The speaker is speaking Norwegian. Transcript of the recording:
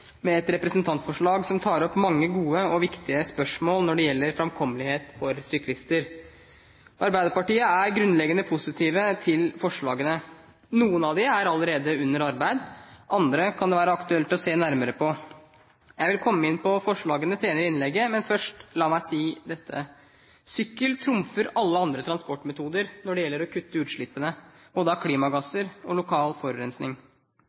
med et representantforslag som tar opp mange gode og viktige spørsmål når det gjelder framkommelighet for syklister. Arbeiderpartiet er grunnleggende positivt til forslagene. Noen av dem er allerede under arbeid, andre kan det være aktuelt å se nærmere på. Jeg vil komme inn på forslagene senere i innlegget, men først la meg si dette: Sykkel trumfer alle andre transportmetoder når det gjelder å kutte utslippene, både av klimagasser og lokal forurensning.